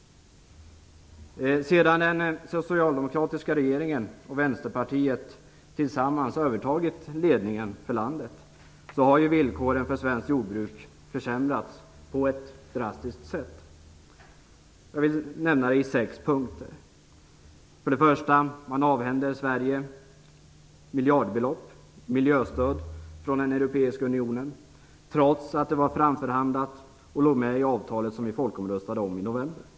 Sedan den socialdemokratiska regeringen och Vänsterpartiet tillsammans övertagit ledningen av landet har villkoren för svenskt jordbruk försämrats på ett drastiskt sätt. Jag vill redogöra för det i sex punkter. 1. Man avhänder Sverige miljardbelopp i miljöstöd från den europeiska unionen, trots att detta var framförhandlat och låg med i det avtal som vi folkomröstade om i november.